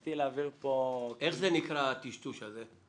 איך זה נקרא הטשטוש הזה?